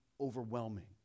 overwhelming